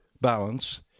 balance